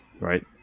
right